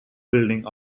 building